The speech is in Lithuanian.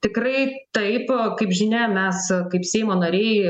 tikrai taip kaip žinia mes kaip seimo nariai